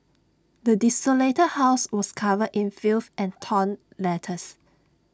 the desolated house was covered in filth and torn letters